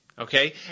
okay